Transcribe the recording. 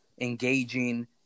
engaging